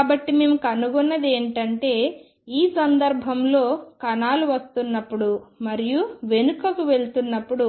కాబట్టి మేము కనుగొన్నది ఏమిటంటే ఈ సందర్భంలో కణాలు వస్తున్నప్పుడు మరియు వెనుకకు వెళుతున్నప్పుడు